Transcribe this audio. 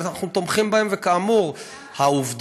ואנחנו תומכים בהם, וכאמור, כמה?